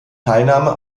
teilnahme